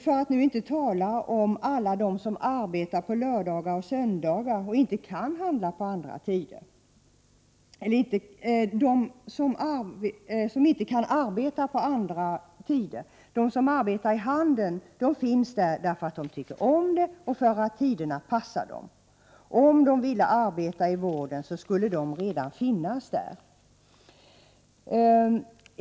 Drabbas gör också de som i dag arbetar på lördagar och söndagar och inte kan arbeta på andra tider. De som nu arbetar i handeln gör det därför att de tycker om det och för att tiderna passar dem. Om de ville arbeta i vården, skulle de redan göra det.